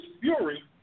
fury